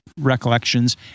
recollections